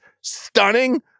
stunning